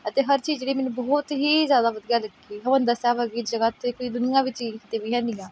ਅਤੇ ਹਰ ਚੀਜ਼ ਵੀ ਮੈਨੂੰ ਬਹੁਤ ਹੀ ਜ਼ਿਆਦਾ ਵਧੀਆ ਲੱਗੀ ਹਰਿਮੰਦਰ ਸਾਹਿਬ ਵਰਗੀ ਜਗ੍ਹਾ ਇੱਥੇ ਕੋਈ ਦੁਨੀਆ ਵਿੱਚ ਹੀ ਕਿਤੇ ਵੀ ਹੈ ਨਹੀਂ ਆ